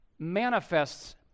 manifests